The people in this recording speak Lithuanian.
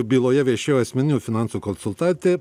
byloje viešėjo asmeninių finansų konsultantė